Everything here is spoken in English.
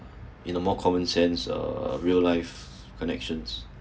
in more common sense uh real life connections